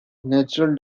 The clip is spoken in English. natural